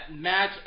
match